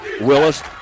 Willis